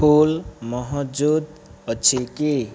ଫୁଲ ମହଜୁଦ ଅଛି କି